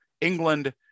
England